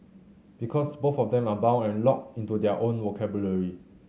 because both of them are bound and locked into their own vocabulary